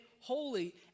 holy